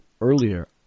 earlier